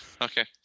Okay